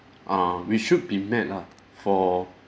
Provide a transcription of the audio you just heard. uh which should be met lah for